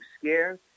scared